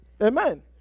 Amen